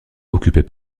occupé